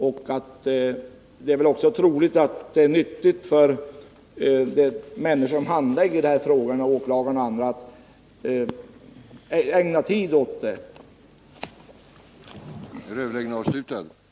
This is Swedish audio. Troligt är att människor som handlägger sådana här frågor inom åklagarmyndigheterna och inom andra myndigheter behöver ägna mer tid åt att utreda de här frågorna.